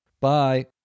Bye